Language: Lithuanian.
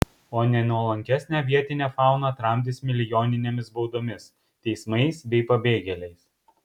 o nenuolankesnę vietinę fauną tramdys milijoninėmis baudomis teismais bei pabėgėliais